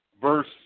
Verse